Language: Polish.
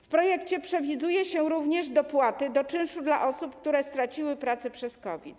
W projekcie przewiduje się również dopłaty do czynszu dla osób, które straciły pracę przez COVID.